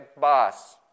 boss